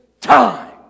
time